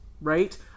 right